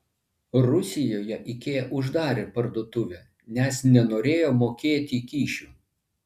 rusijoje ikea uždarė parduotuvę nes nenorėjo mokėti kyšių